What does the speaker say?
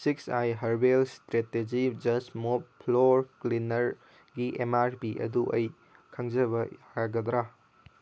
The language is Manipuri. ꯁꯤꯛꯁ ꯑꯥꯏ ꯍꯔꯕꯦꯜ ꯏꯁꯇ꯭ꯔꯦꯇꯦꯖꯤ ꯖꯁ ꯃꯣꯕ ꯐ꯭ꯂꯣꯔ ꯀ꯭ꯂꯤꯟꯅꯔꯒꯤ ꯑꯦꯝ ꯑꯥꯔ ꯄꯤ ꯑꯗꯨ ꯑꯩ ꯈꯪꯖꯕ ꯌꯥꯒꯗ꯭ꯔꯥ